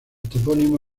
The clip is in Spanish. topónimo